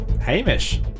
Hamish